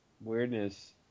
Weirdness